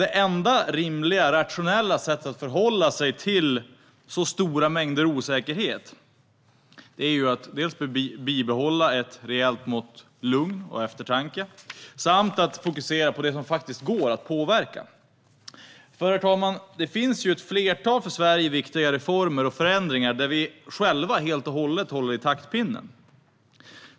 Det enda rimliga, rationella sättet att förhålla sig till så stora mängder osäkerhet är att bibehålla ett rejält mått lugn och eftertanke samt att fokusera på det som faktiskt går att påverka. För, herr talman, det finns ju ett flertal för Sverige viktiga reformer och förändringar där vi själva helt och hållet håller i taktpinnen.